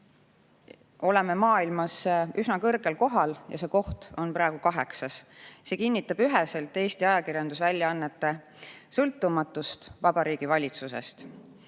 me maailmas üsna kõrgel kohal ja see koht on praegu kaheksas. See kinnitab üheselt Eesti ajakirjandusväljaannete sõltumatust Vabariigi Valitsusest.